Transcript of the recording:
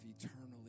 eternally